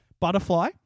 Butterfly